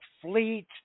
Fleet